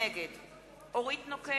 נגד אורית נוקד,